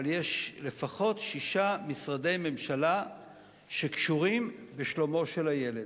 אבל יש לפחות שישה משרדי ממשלה שקשורים בשלומו של הילד,